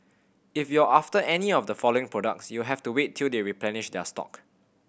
if you're after any of the following products you'll have to wait till they replenish their stock